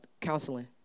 counseling